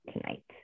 tonight